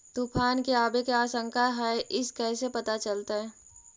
तुफान के आबे के आशंका है इस कैसे पता चलतै?